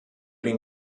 den